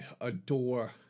adore